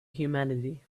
humanity